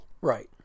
Right